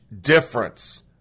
difference